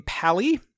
Pally